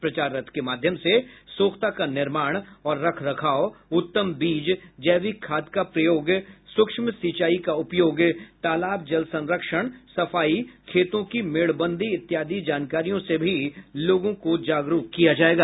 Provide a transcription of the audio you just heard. प्रचार रथ के माध्यम से सोख्ता का निर्माण और रख रखाव उत्तम बीज जैविक खाद का प्रयोग सूक्षम सिंचाई का उपयोग तालाब जल संरक्षण सफाई खेतों की मेड़बंदी इत्यादि जानकारियों से भी लोगों को जागरूक किया जाएगा